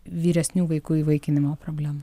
vyresnių vaikų įvaikinimo problemą